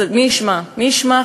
מי ישמע עכשיו?